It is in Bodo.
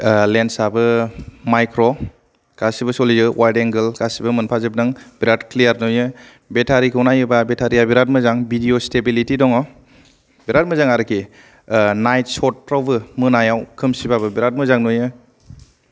आ लेन्सयाबो माइक्र गासिबो सलियो वाइद ऐंगोल गासिबो मोनफाजोबदों बेराद क्लियार नुयो बेथारिखौ नायोब्ला बेथारिया बेराद मोजां भिदिअ सितेभेलेथि दङ बेराद मोजां आरोखि नाइट चटफ्रावबो मोनायाव खोमसिबाबो बेराद मोजां नुयो